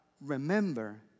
Remember